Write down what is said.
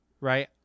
right